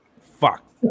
Fuck